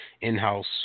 in-house